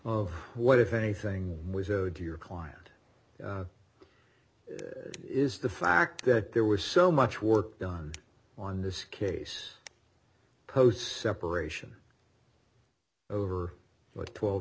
of what if anything to your client that is the fact that there was so much work done on this case post separation over what twelve